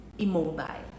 Immobile